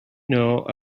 know